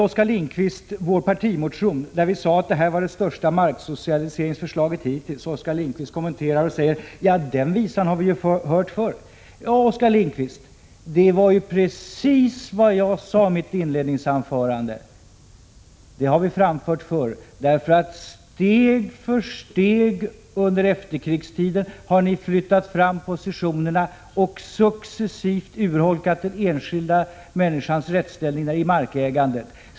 Oskar Lindkvist citerade vår partimotion där vi säger att detta är det största marksocialiseringsförslaget hittills och sade: Den visan har vi hört förr. Ja, men det var ju precis vad jag sade i mitt inledningsanförande, att detta har vi framfört förr. Steg för steg har ni under efterkrigstiden flyttat fram positionerna och successivt urholkat den enskilda människans rättsställning i markägandet.